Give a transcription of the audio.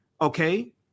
Okay